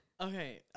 Okay